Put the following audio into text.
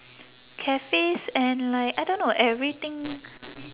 cafes and like I don't know everything